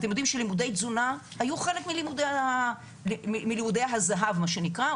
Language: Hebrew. אתם יודעים שלימודי תזונה היו חלק מלימודי הזה"ב מה שנקרא,